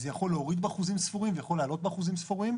זה יכול להוריד באחוזים ספורים ויכול להעלות באחוזים ספורים.